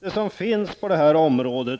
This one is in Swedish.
Det som finns på detta område